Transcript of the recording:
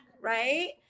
right